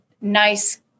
nice